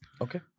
Okay